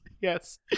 Yes